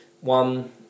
one